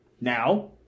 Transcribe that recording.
Now